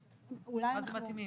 מה זה מתאימים?